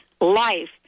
life